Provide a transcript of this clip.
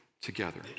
together